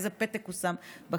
איזה פתק הוא שם בקלפי,